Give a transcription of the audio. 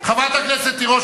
חבר הכנסת פלסנר,